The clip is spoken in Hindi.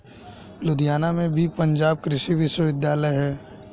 लुधियाना में भी पंजाब कृषि विश्वविद्यालय है